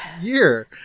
year